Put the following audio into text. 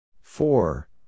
Four